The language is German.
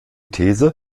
these